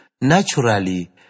Naturally